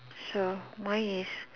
so mine is